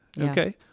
Okay